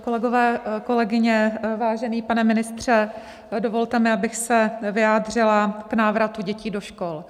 Kolegové, kolegyně, vážený pane ministře, dovolte mi, abych se vyjádřila k návratu dětí do škol.